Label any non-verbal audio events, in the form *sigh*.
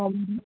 *unintelligible*